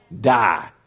die